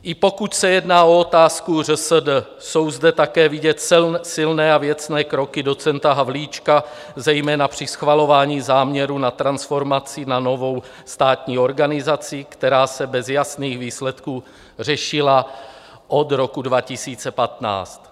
I pokud se jedná o otázku ŘSD, jsou zde také vidět silné a věcné kroky docenta Havlíčka, zejména při schvalování záměru na transformaci na novou státní organizaci, která se bez jasných výsledků řešila od roku 2015.